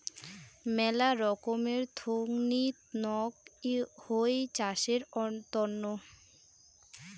মেলা রকমের থোঙনি নক হউ চাষের তন্ন